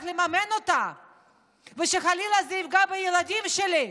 לממן אותה ושחלילה זה יפגע בילדים שלי.